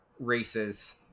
races